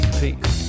peace